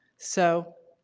so